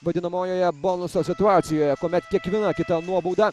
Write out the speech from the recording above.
vadinamojoje bonuso situacijoje kuomet kiekviena kita nuobauda